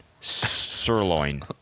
sirloin